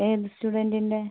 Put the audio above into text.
ഏത് സ്റ്റുഡൻറിൻ്റെ